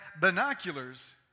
binoculars